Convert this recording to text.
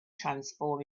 transform